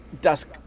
dusk